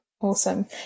Awesome